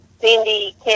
Cindy